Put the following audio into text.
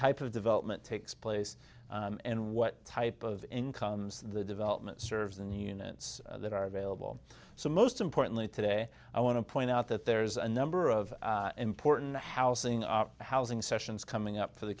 type of development takes place and what type of incomes the development serves and units that are available so most importantly today i want to point out that there's a number of important housing are housing sessions coming up for the